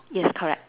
yes correct